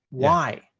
why?